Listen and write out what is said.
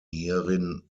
hierin